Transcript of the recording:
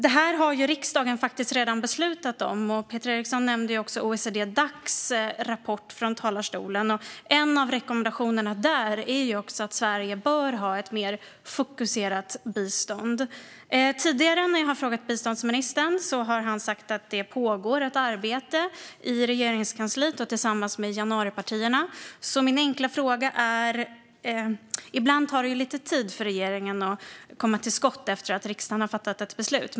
Detta har riksdagen faktiskt redan beslutat om. Peter Eriksson nämnde också OECD-Dacs rapport i sitt anförande. En av rekommendationerna där är att Sverige bör ha ett mer fokuserat bistånd. Tidigare när jag har frågat biståndsministern har han sagt att ett arbete pågår i Regeringskansliet tillsammans med januaripartierna. Ibland tar det ju lite tid för regeringen att komma till skott efter att riksdagen har fattat beslut.